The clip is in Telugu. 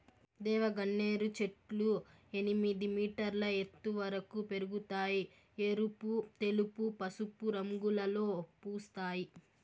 దేవగన్నేరు చెట్లు ఎనిమిది మీటర్ల ఎత్తు వరకు పెరగుతాయి, ఎరుపు, తెలుపు, పసుపు రంగులలో పూస్తాయి